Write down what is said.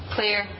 Clear